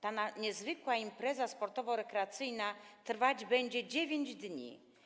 Ta niezwykła impreza sportowo-rekreacyjna trwać będzie 9 dni.